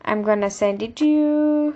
I'm gonna send it to you